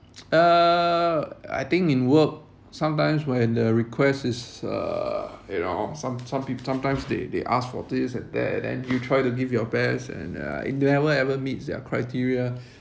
uh I think in work sometimes when the request is uh you know some some peo~ sometimes they they asked for this and that then you try to give your best and yeah it never ever meets their criteria